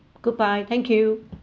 goodbye thank you